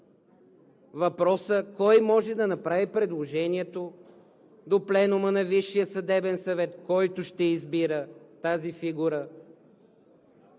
въпроса кой може да направи предложението до Пленума на Висшия съдебен съвет, който ще избира тази фигура,